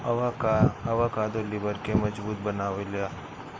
avocado लिबर के मजबूत बनावेला